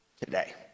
today